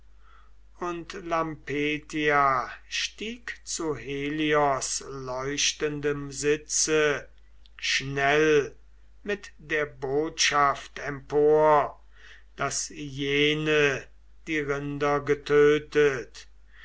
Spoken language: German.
und lampetia stieg zu helios leuchtendem sitze schnell mit der botschaft empor daß jene die rinder getötet